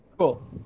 Cool